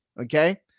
Okay